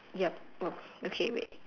yup !wah! okay wait